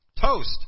toast